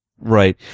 Right